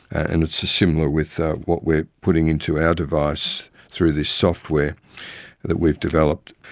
and it's similar with what we are putting into our device through this software that we've developed.